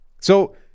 So-